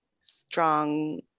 strong